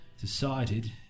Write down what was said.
decided